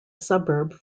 suburb